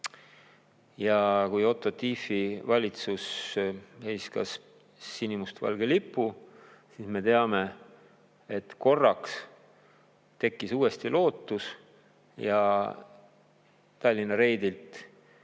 Ja kui Otto Tiefi valitsus heiskas sinimustvalge lipu, me teame, siis korraks tekkis uuesti lootus. Tallinna reidilt